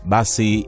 Basi